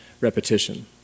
repetition